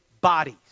bodies